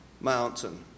mountain